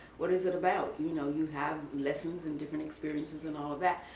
what is it about? you know, you have lessons and different experiences and all that.